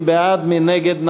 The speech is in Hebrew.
מי בעד, מי נגד?